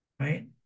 Right